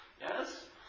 yes